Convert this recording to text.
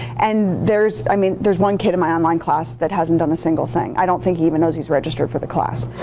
and there's i mean there's one kid in my online class that hasn't done a single thing. i don't think he even knows he's registered for the class.